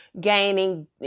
gaining